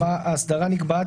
(4) האסדרה נקבעת,